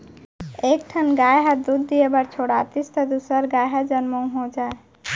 एक ठन गाय ह दूद दिये बर छोड़ातिस त दूसर गाय हर जनमउ हो जाए